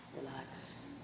Relax